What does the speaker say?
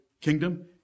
kingdom